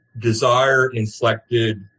Desire-inflected